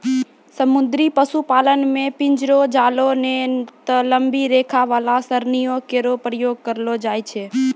समुद्री पशुपालन म पिंजरो, जालों नै त लंबी रेखा वाला सरणियों केरो प्रयोग करलो जाय छै